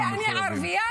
כי אני ערבייה?